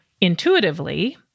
intuitively